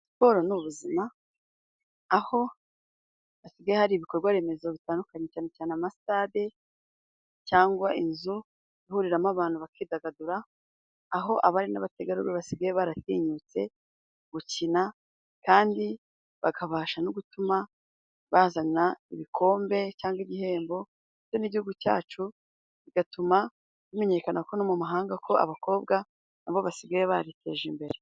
Siporo ni ubuzima, aho hasigaye hari ibikorwa remezo bitandukanye cyane cyane amatade cyangwa inzu ihuriramo abantu bakidagadura, aho abari n'abategarugori basigaye baratinyutse gukina kandi bakabasha no gutuma bazana ibikombe cyangwa igihembo ndetse n'igihugu cyacu bigatuma bimenyekana ko no mu mahanga ko abakobwa nabo basigaye bariteje imbere.